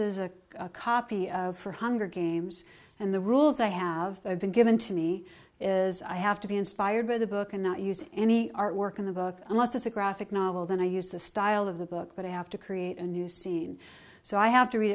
but a copy of her hunger games and the rules i have been given to me is i have to be inspired by the book and not use any artwork in the book unless there's a graphic novel then i use the style of the book but i have to create a new scene so i have to read